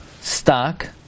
stock